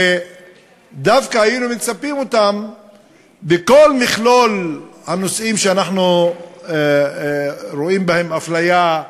שדווקא היינו מצפים שיהיו בכל מכלול הנושאים שאנחנו רואים בהם אפליה,